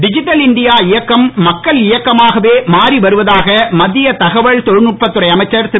digital India இயக்கம் மக்கள் இயக்கமாகவே மாறிவருவதாக மத்திய தகவல் தொழில்நுட்பத் துறை அமைச்சர் திரு